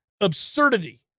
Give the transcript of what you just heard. absurdity